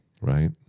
Right